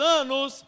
anos